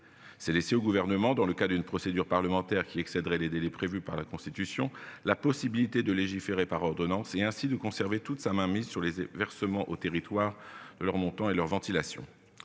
s'est laissé au gouvernement. Dans le cas d'une procédure parlementaire qui excéderait les délais prévus par la Constitution la possibilité de légiférer par ordonnances et ainsi de conserver toute sa mainmise sur les versements aux territoires de leur montant et leur ventilation